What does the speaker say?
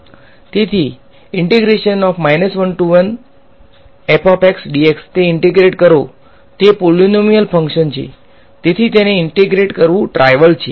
તેથી ને ઈંટેગ્રેટ કરો તે પોલીનોમીયલ ફંકશન છે તેથી તેને ઈંટેગ્રેટ કરવું ટ્રાઈવલ છે